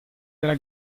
della